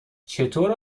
چطور